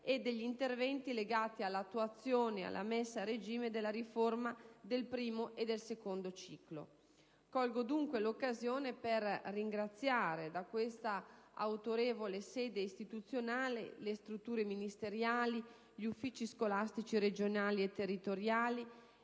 e degli interventi legati all'attuazione e alla messa a regime della riforma del primo e del secondo ciclo. Colgo dunque l'occasione per ringraziare da questa autorevole sede istituzionale le strutture ministeriali, gli uffici scolastici regionali e territoriali